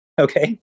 Okay